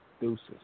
Deuces